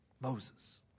Moses